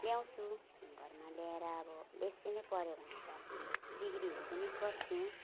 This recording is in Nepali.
ल्याउँछु घरमा ल्याएर अब बेसी नै पऱ्यो भने बिक्रीहरू पनि गर्छु